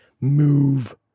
move